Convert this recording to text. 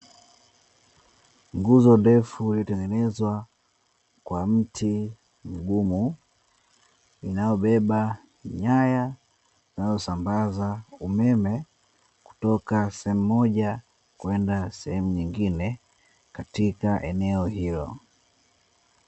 Nguzo ndefu iliyotengenezwa kwa mti mgumu inayobeba nyaya, inayosambaza umeme kutoka sehemu moja kwenda sehemu nyingine katika eneo hilo.